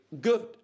good